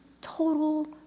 Total